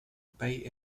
bay